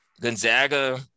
Gonzaga